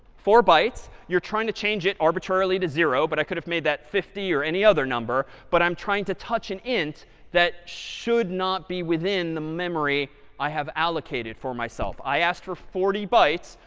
four bytes. you're trying to change it arbitrarily to zero. but i could have made that fifty or any other number. but i'm trying to touch an int that should not be within the memory i have allocated for myself. i asked for forty bytes,